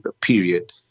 period